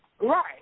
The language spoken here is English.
Right